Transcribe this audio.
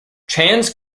trans